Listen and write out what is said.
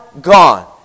gone